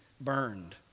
burned